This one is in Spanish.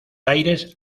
aires